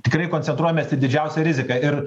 tikrai koncentruojamės į didžiausią riziką ir